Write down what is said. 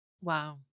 Wow